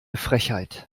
frechheit